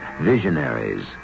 visionaries